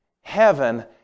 Heaven